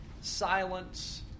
silence